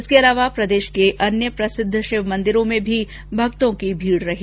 इसके अलावा प्रदेश के अन्य प्रसिद्ध शिव मन्दिरों में भी भक्तों की भीड़ रही